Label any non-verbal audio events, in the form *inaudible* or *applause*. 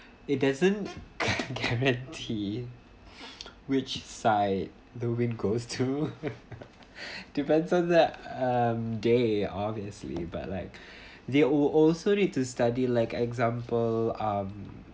it doesn't guarantee *breath* which side the wind goes to *laughs* depends on the day um they obviously but like they al~ also need to study like example um